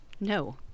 No